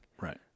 Right